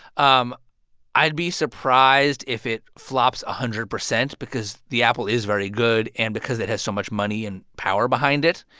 um i'd be surprised if it flops one hundred percent because the apple is very good and because it has so much money and power behind it.